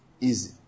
easy